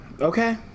Okay